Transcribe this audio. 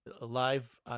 Live